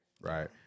right